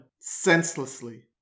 senselessly